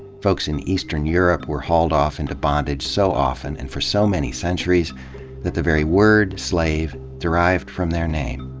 folks in eastern europe were hauled off into bondage so often and for so many centuries that the very word, slave derived from their name.